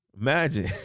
Imagine